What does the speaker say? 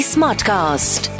Smartcast